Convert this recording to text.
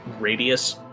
radius